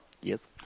Yes